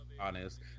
honest